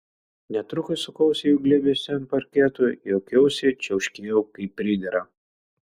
netrukus sukausi jų glėbiuose ant parketo juokiausi čiauškėjau kaip pridera